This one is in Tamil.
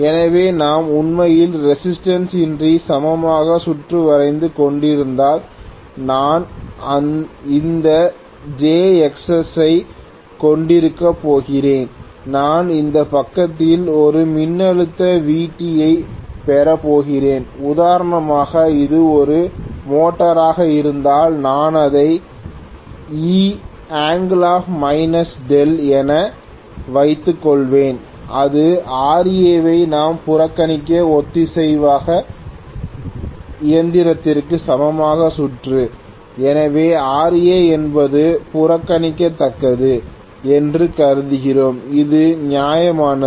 எனவே நாம் உண்மையில் ரெசிஸ்டன்ஸ் இன்றி சமமான சுற்று வரைந்து கொண்டிருந்தால் நான் இந்த jXs ஐ க் கொண்டிருக்கப் போகிறேன் நான் இந்த பக்கத்தில் ஒரு மின்னழுத்த Vt யைப் பெறப் போகிறேன் உதாரணமாக இது ஒரு மோட்டராக இருந்தால் நான் இதை E δ என வைத்து கொள்வேன் இது Ra வை நாம் புறக்கணித்த ஒத்திசைவான இயந்திரத்திற்கு சமமான சுற்று எனவே Ra என்பது புறக்கணிக்கத்தக்கது என்று கருதுகிறோம் இது நியாயமானது